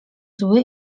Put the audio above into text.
zły